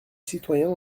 citoyens